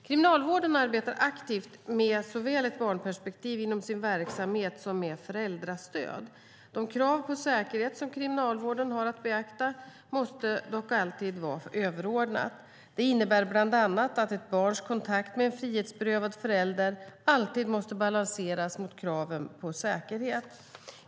Kriminalvården arbetar aktivt såväl med ett barnperspektiv inom sin verksamhet som med föräldrastöd. De krav på säkerhet som Kriminalvården har att beakta måste dock alltid vara överordnade. Det innebär bland annat att ett barns kontakt med en frihetsberövad förälder alltid måste balanseras mot kraven på säkerhet.